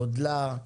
גודלה,